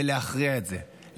ולהכריע את זה,